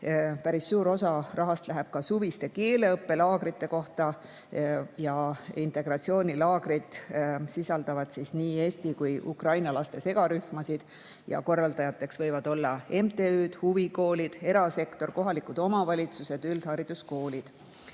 Päris suur osa rahast läheb suviste keeleõppelaagrite jaoks. Integratsioonilaagrid sisaldavad nii eesti kui ukraina laste segarühmasid ja korraldajateks võivad olla MTÜ-d, huvikoolid, erasektor, kohalikud omavalitsused, üldhariduskoolid.